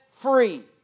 Free